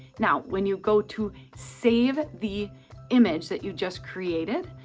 now, when you go to save the image that you just created,